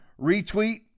retweet